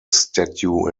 statue